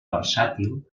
versàtil